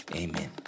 amen